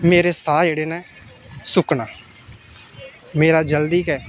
मेरे साह् जेह्ड़े न सुक्कना मेरा जल्दी गै